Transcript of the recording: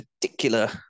particular